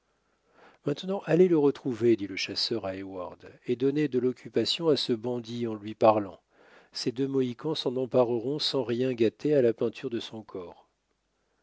maintenant allez le retrouver dit le chasseur à heyward et donnez de l'occupation à ce bandit en lui parlant ces deux mohicans s'en empareront sans rien gâter à la peinture de son corps